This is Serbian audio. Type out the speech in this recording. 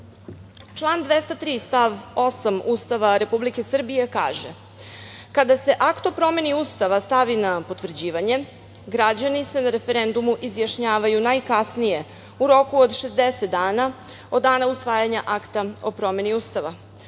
stav 8. Ustava Republike Srbije kaže: „Kada se akt o promeni Ustava stavi na potvrđivanje, građani se na referendumu izjašnjavaju najkasnije u roku od 60 dana od dana usvajanja akta o promeni Ustava.